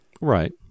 right